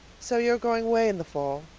so you are going away in the fall?